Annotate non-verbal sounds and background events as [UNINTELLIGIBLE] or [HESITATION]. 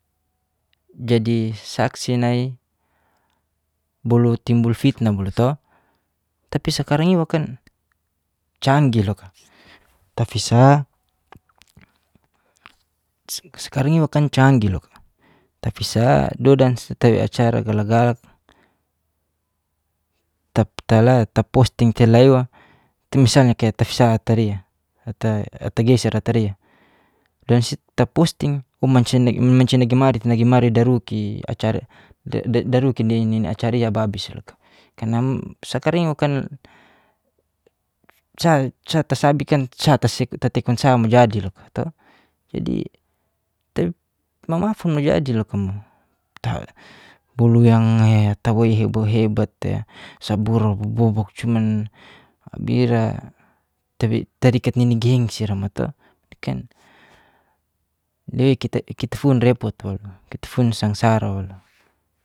Jadi saksi nai bolu timbul fitna bolu to. tapi sakarang niwakan canggi loka tapi sa dodan tei acara gala-galak tala taposting telaiwa tu misalnya kaya tafisa taria ata geser ataria. Dan su taposting [UNINTELLIGIBLE] manca negimarit negimarit daruki ninacaria babis loka. Karna, sakarang niwakan sa tasabikan sa tatekun sa mo jadi loka to. Jadi, ma'mafun mojadi lokamo. bolu yang [HESITATION] tawai hebo hebate saburo bobobak cuman bira tarikat nini gengsi'ra mo to i'kan kitafun repot wolu kitafun sengsara wolu,